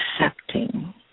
accepting